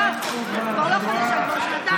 כבר לא חדשה, כבר שנתיים.